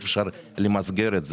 איך אפשר למסגר את זה,